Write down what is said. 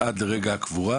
ועד הקבורה?